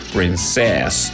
Princess